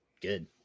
good